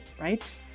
right